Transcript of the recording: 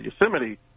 Yosemite